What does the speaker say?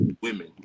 women